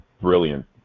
Brilliant